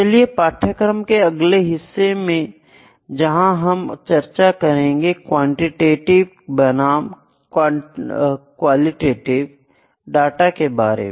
चलिए पाठ्यक्रम के अगले हिस्से में जहां पर हम चर्चा करेंगे क्वालिटेटिव बनाम क्वांटिटीव डाटा के बारे में